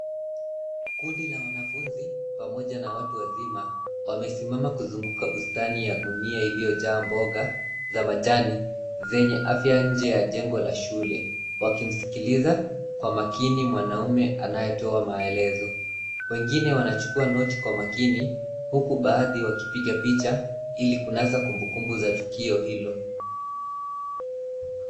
Kundi la wanafunzi, pamoja na watu wazima, wamesimama kuzunguka bustani ya gunia iliyojaa mboga za majani, zenye afya nje ya jengo la shule, wakimsikiliza kwa makini mwanamume anayetoa maelezo. Wengine wanachukua noti kwa makini, huku baadhi wakipiga picha, ili kunasa kumbukumbu za tukio hilo.